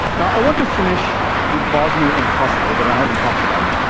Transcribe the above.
now, i want to finish with bosnia and kosovo that i haven't talked about.